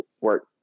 work